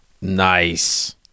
Nice